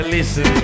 Listen